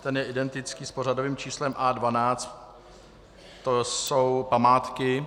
Ten je identický s pořadovým číslem A12, to jsou památky.